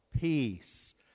peace